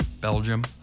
belgium